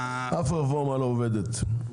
אף רפורמה לא עובדת.